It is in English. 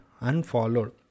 Unfollowed